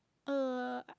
uh